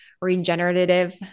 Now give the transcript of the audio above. regenerative